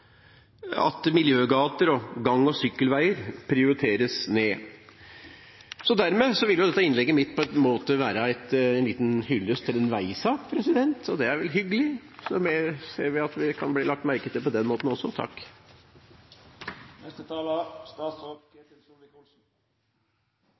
at miljøgater og gang- og sykkelveier prioriteres ned. Dermed vil dette innlegget mitt på en måte være en hyllest til en veisak. Det er hyggelig at vi kan bli lagt merke til på den måten også. Jeg får bare kvittere ut til forrige taler